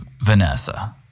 Vanessa